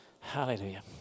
Hallelujah